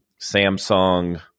Samsung